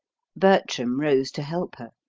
bertram rose to help her.